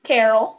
Carol